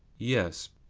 yes,